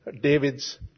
David's